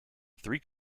three